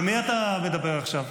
למי אתה מדבר עכשיו?